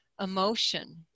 emotion